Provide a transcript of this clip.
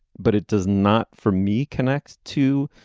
but it does not for me connect to